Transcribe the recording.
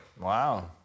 Wow